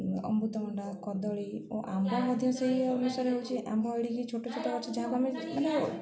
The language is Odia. ଅମୃତଭଣ୍ଡା କଦଳୀ ଓ ଆମ୍ବ ମଧ୍ୟ ସେଇ ଅନୁସାରେ ହେଉଛି ଆମ୍ବ ଏଡ଼ିକି ଛୋଟ ଛୋଟ ଗଛ ଯାହାକୁ ଆମେ